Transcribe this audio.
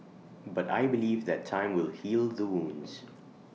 but I believe that time will heal the wounds